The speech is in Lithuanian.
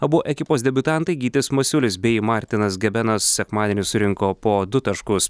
abu ekipos debiutantai gytis masiulis bei martinas gebenas sekmadienį surinko po du taškus